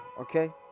Okay